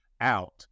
out